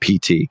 PT